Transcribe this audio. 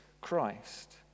Christ